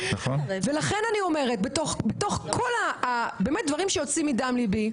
לכן אני אומרת בתוך כל הדברים שבאמת יוצאים מדם ליבי,